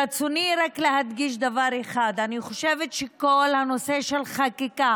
ברצוני להדגיש רק דבר אחד: אני חושבת שכל נושא החקיקה